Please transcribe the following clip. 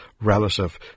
relative